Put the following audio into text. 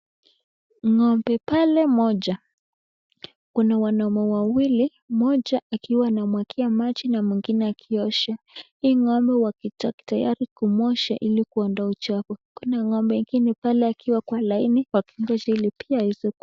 Ng'ombe pale moja. Kuna wanaume wawili moja akiwa anamwakia maji na mwingine akiosha. Hii ng'ombe iko tayari kumwosha ili kuondoa uchavu. Kuna ng'ombe ngine pale akiwa kwa laini wakiosha ile pia.